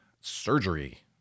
surgery